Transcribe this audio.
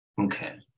Okay